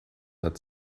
hat